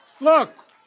Look